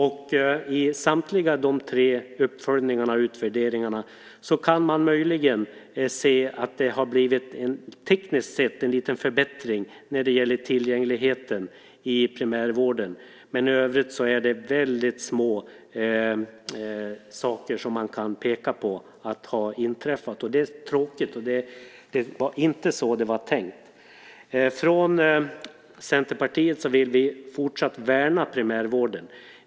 I samtliga dessa tre utvärderingar kan man möjligen se att det tekniskt sett har skett en liten förbättring av tillgängligheten i primärvården. I övrigt är det väldigt små saker som man kan peka på har inträffat. Det är tråkigt, det var inte så det var tänkt. Från Centerpartiet vill vi fortsatt värna primärvården.